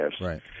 Right